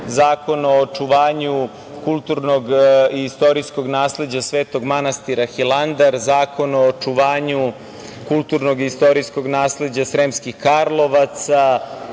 Zakon o očuvanju kulturnog i istorijskog nasleđa svetog manastira „Hilandar“, Zakon o očuvanju kulturnog i istorijskog nasleđa Sremskih Karlovaca,